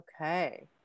Okay